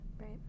Right